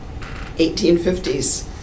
1850s